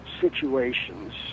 situations